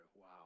Wow